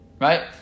Right